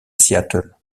seattle